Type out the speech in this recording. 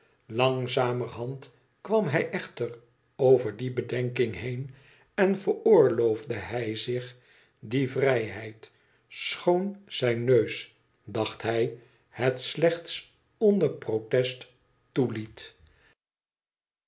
langzamerhand kwam hij echter over die bedenking heen en veroorloofde hij zich die vrijheid schoon zijn neus dacht hij het slechts onder protest toeliet